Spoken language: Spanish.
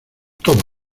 toma